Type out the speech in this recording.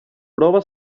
prova